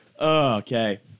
Okay